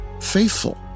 Faithful